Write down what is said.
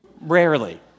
rarely